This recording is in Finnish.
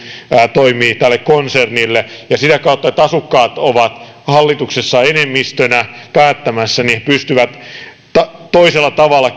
toimii tälle konsernille sitä kautta että asukkaat ovat hallituksessa enemmistönä päättämässä he pystyvät toisella tavalla